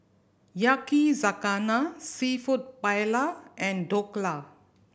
Yakizakana Seafood Paella and Dhokla